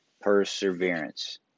perseverance